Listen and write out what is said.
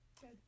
good